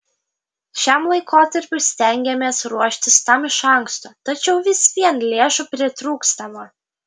šiam laikotarpiui stengiamės ruoštis tam iš anksto tačiau vis vien lėšų pritrūkstama